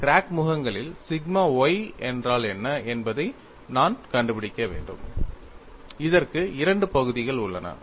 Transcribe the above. crack முகங்களில் sigma y என்றால் என்ன என்பதை நான் கண்டுபிடிக்க வேண்டும் இதற்கு இரண்டு பகுதிகள் உள்ளன